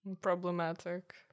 Problematic